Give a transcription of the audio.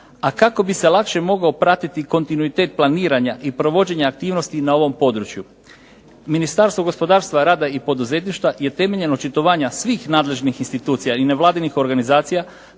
a kako bi se lakše mogao pratiti kontinuitet planiranja i provođenja aktivnosti na ovom području. Ministarstvo gospodarstva, rada i poduzetništva je temeljem očitovanja svih nadležnih institucija i nevladinih organizacija